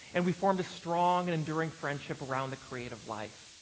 and we formed a strong and enduring friendship around the creative life.